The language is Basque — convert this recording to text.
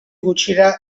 gutxira